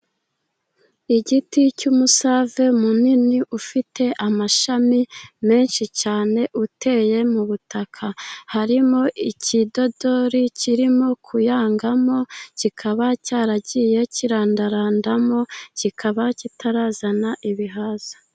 Igiti cy'umusave munini ufite amashami menshi cyane uteye mu butaka. Harimo ikidodori kirimo kuyangamo kikaba cyaragiye kirandarandamo, kikaba kitarazana ibihaza.